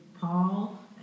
Paul